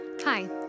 Hi